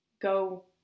go